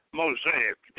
mosaic